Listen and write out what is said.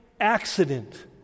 accident